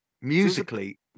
musically